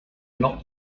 not